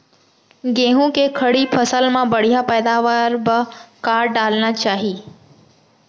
गेहूँ के खड़ी फसल मा बढ़िया पैदावार बर का डालना चाही?